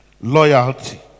loyalty